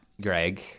Greg